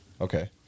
Okay